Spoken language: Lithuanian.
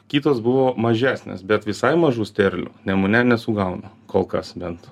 kitos buvo mažesnės bet visai mažų sterlių nemune nesugauna kol kas bent